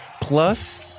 plus